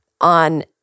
On